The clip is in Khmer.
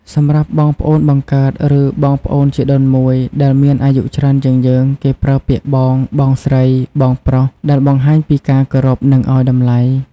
សម្រាប់បងប្អូនបង្កើត ឬបងប្អូនជីដូនមួយដែលមានអាយុច្រើនជាងយើង គេប្រើពាក្យ បង បងស្រី បងប្រុសដែលបង្ហាញពីការគោរព និងឲ្យតម្លៃ។